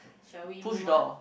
shall we move on